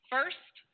First